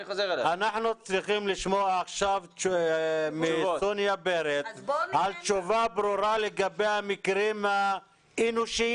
אנחנו צריכים לשמוע עכשיו מסוניה פרץ תשובה ברורה לגבי המקרים האנושיים.